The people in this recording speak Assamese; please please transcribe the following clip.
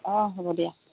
অহ হ'ব দিয়া